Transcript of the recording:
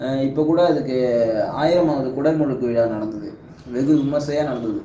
இப்போ கூட அதுக்கு ஆயிரமாவது குடமுழுக்கு விழா நடந்தது வெகு விமர்சையாக நடந்தது